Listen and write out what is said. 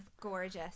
gorgeous